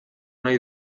nahi